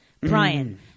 Brian